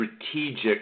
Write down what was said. strategic